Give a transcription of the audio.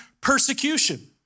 persecution